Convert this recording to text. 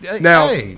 Now